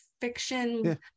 fiction